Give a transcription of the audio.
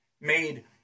made